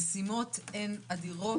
המשימות הן אדירות.